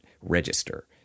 register